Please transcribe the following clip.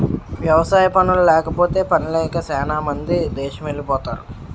వ్యవసాయ పనుల్లేకపోతే పనిలేక సేనా మంది దేసమెలిపోతరు